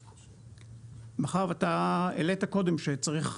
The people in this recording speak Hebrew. מאחר ואתה העלית קודם שצריך,